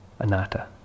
anatta